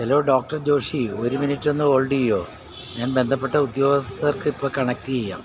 hello doctor Joshi ഒര് മിനിറ്റൊന്ന് hold ചെയ്യുമോ ഞാൻ ബന്ധപ്പെട്ട ഉദ്യോഗസ്ഥർക്ക് ഇപ്പം കണക്ട് ചെയ്യാം